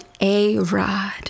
A-Rod